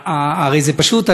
הרי זה פשוט.